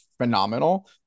phenomenal